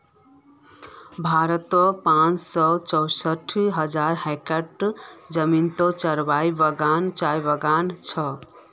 भारतोत पाँच सौ चौंसठ हज़ार हेक्टयर ज़मीनोत चायेर बगान छे